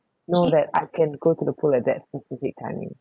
know that I can go to the pool at that specific timing